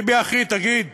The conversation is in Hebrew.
ביבי, אחי, תגיד